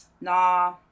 Nah